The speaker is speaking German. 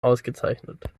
ausgezeichnet